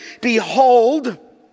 Behold